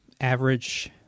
average